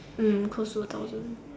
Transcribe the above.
mm close to two thousand